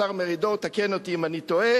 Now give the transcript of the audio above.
השר מרידור, תקן אותי אם אני טועה.